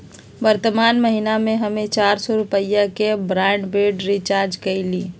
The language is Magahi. वर्तमान महीना में हम्मे चार सौ रुपया के ब्राडबैंड रीचार्ज कईली